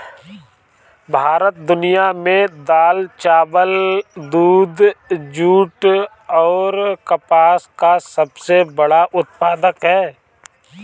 भारत दुनिया में दाल चावल दूध जूट आउर कपास का सबसे बड़ा उत्पादक ह